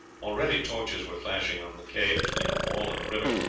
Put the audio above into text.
already torches were flashing on the quay between the wall and the river,